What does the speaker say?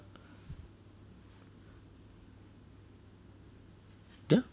yeah